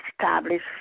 establish